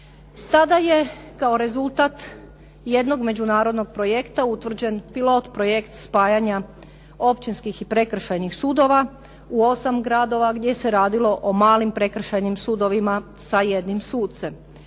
Tada je kao rezultat jednog međunarodnog projekta utvrđen pilot projekt spajanja općinskih i prekršajnih sudova u osam gradova gdje se radilo o malim prekršajnim sudovima sa jednim sucem.